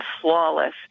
flawless